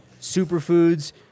superfoods